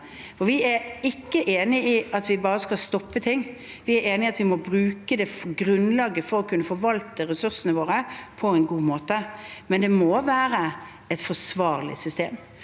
Vi er ikke enig i at vi bare skal stoppe ting. Vi er enig i at vi må bruke det grunnlaget for å kunne forvalte ressursene våre på en god måte, men det må være et forsvarlig system.